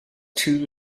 two